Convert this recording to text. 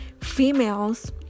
females